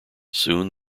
soon